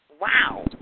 Wow